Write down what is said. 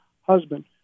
husband